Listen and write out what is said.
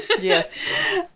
Yes